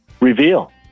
Reveal